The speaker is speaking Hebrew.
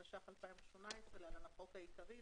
התשע"ח-2018 (להלן - החוק העיקרי),